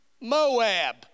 Moab